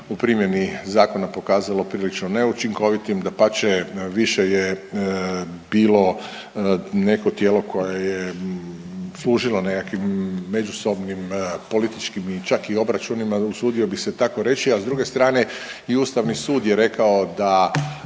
u primjeni zakona pokazalo prilično neučinkovitim, dapače, više je bilo neko tijelo koje je služilo nekakvim međusobnim političkim čak i obračunima, usudio bih se tako reći, a s druge strane i Ustavni sud je rekao da